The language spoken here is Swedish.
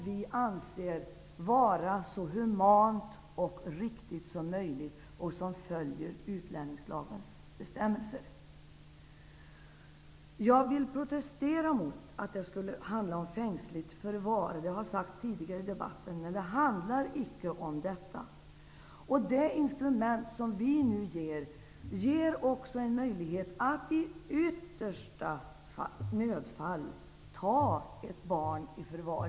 Vi anser det vara så humant och riktigt som möjligt, och det följer utlänningslagens bestämmelser. Jag vill protestera mot påståendet att det skulle handla om fängsligt förvar. Det har tidigare sagts i debatten, men det handlar icke om detta. Det instrument som vi nu skapar ger också en möjlighet att i yttersta nödfall ta ett barn i förvar.